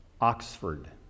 Oxford